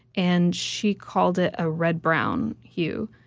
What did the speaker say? and she called it a red-brown hue.